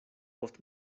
post